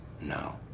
No